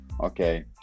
okay